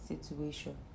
situation